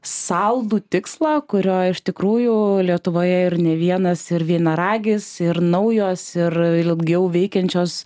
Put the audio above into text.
saldų tikslą kurio iš tikrųjų lietuvoje ir ne vienas ir vienaragis ir naujos ir ilgiau veikiančios